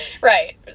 Right